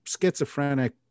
schizophrenic